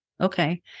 Okay